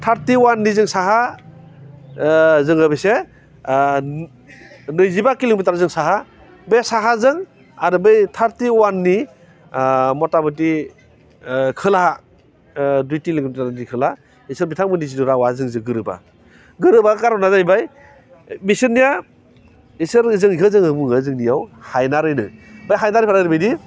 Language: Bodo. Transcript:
थारटि वाननि जों साहा जोङो मोनसे नैजिबा किल'मिटार जों साहा बे साहाजों आरो बै थारटि वाननि मथा मथि खोलाहा दुइ किल'मिटारनि खोलाहा बिसोर बिथांमोननि जिथु रावा जोंजों गोरोबा गोरोबा खार'ना जाहैबाय बिसोरनिया बिसोर जोंनिखौ जोङो बुगोन जोंनियाव हायनारि होनो बे हायनारिफोरा ओरैबादि